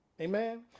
Amen